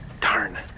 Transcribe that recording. Darn